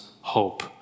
hope